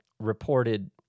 reported